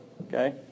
Okay